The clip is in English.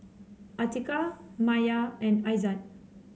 Atiqah Maya and Aizat